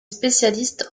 spécialiste